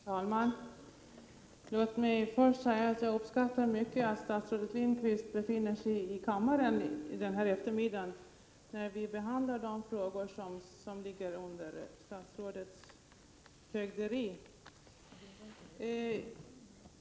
Herr talman! Låt mig först säga att jag mycket uppskattar att statsrådet Lindqvist befinner sig i kammaren i eftermiddag, när vi behandlar de frågor som hör till statsrådets fögderi.